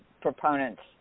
proponents